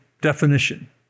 definition